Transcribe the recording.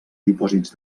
dipòsits